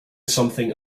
something